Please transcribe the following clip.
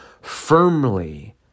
firmly